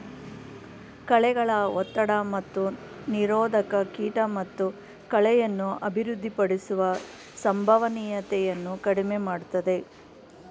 ಕಳೆಗಳ ಒತ್ತಡ ಮತ್ತು ನಿರೋಧಕ ಕೀಟ ಮತ್ತು ಕಳೆಯನ್ನು ಅಭಿವೃದ್ಧಿಪಡಿಸುವ ಸಂಭವನೀಯತೆಯನ್ನು ಕಡಿಮೆ ಮಾಡ್ತದೆ